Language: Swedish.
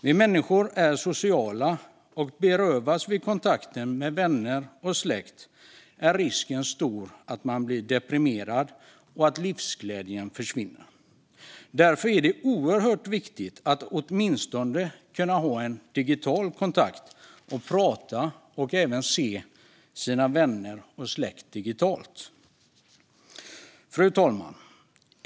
Vi människor är sociala, och berövas vi kontakten med vänner och släkt är risken stor att vi blir deprimerade och att livsglädjen försvinner. Därför är det oerhört viktigt att åtminstone kunna ha digital kontakt och kunna prata och se sina vänner och släkt. Fru talman!